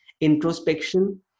introspection